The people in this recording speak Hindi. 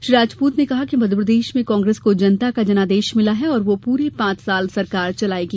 श्री राजपूत ने कहा कि मध्यप्रदेश में कांग्रेस को जनता का जनादेश मिला है और वह पूरे पांच साल सरकार चलाएगी